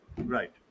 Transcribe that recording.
Right